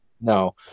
No